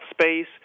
space